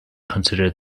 considered